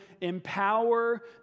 empower